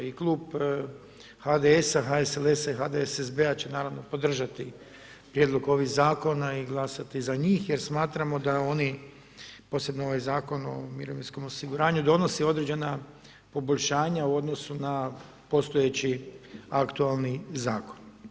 I Klub HDS-a, HSLS, HSSSB-a će naravno podržati prijedlog ovih zakona i glasati za njih, jer smatramo da oni, posebno ovaj Zakon o mirovinskom osiguranju donosi određena poboljšanja u odnosu na postojeći aktualni zakon.